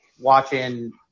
watching